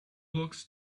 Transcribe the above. blocks